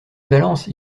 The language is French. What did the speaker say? balance